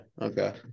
Okay